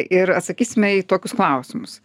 ir atsakysime į tokius klausimus